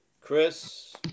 Chris